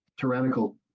tyrannical